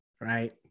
right